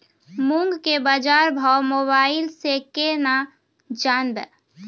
मूंग के बाजार भाव मोबाइल से के ना जान ब?